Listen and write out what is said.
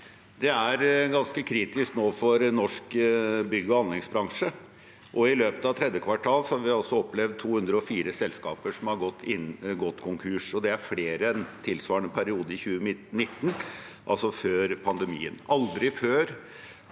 Det er ganske kritisk nå for norsk bygg- og anleggsbransje. I løpet av tredje kvartal har vi opplevd at 204 selskaper har gått konkurs, og det er flere enn i tilsvarende periode i 2019, altså før pandemien. Aldri før